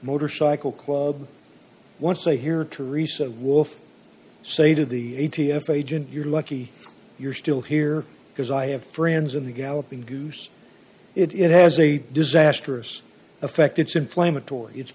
motorcycle club once they hear teresa wolf say to the a t f agent you're lucky you're still here because i have friends of the galloping goose it has a disastrous effect it's inflammatory it's